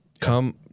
come